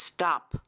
Stop